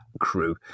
crew